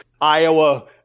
Iowa